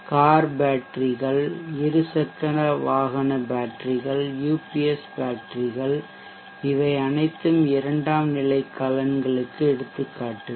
car பேட்டரிகள் இரு சக்கர வாகன பேட்டரிகள் யுபிஎஸ் பேட்டரிகள் இவை அனைத்தும் இரண்டாம் நிலை கலன்களுக்கு எடுத்துக்காட்டுகள்